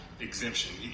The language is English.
exemption